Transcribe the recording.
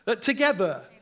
together